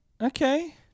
Okay